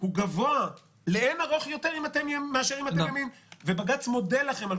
הוא גבוה לאין ערוך יותר מאשר אם אתם ימין ובג"ץ מודה לכם על